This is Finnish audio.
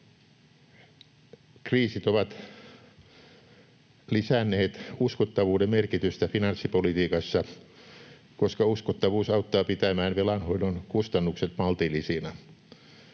Kriisit ovat lisänneet uskottavuuden merkitystä finanssipolitiikassa, koska uskottavuus auttaa pitämään velanhoidon kustannukset maltillisina.